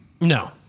No